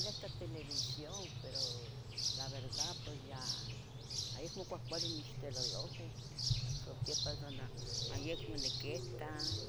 Neh ta televisión pero la verdad pos ya yeh acmo cuahcuali nixtololouan, satepan san na ayecmo niquita,